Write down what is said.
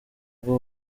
bwo